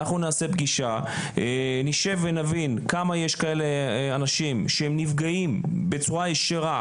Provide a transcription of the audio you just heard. נשב ונבין כמה יש כאלה אנשים שנפגעים בצורה ישירה